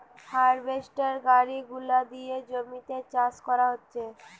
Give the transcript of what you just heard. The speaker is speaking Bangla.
হার্ভেস্টর গাড়ি গুলা দিয়ে জমিতে চাষ করা হতিছে